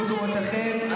תפסו מקומותיכם,